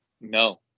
no